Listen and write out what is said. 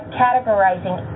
categorizing